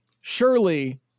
surely